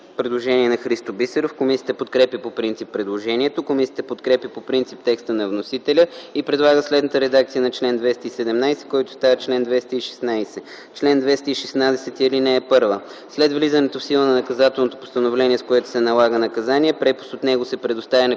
представител Христо Бисеров. Комисията подкрепя по принцип предложението. Комисията подкрепя по принцип текста на вносителя и предлага следната редакция на чл. 217, който става чл. 216: „Чл. 216. (1) След влизането в сила на наказателно постановление, с което се налага наказание, препис от него се предоставя на